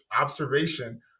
observation